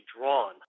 drawn